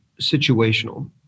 situational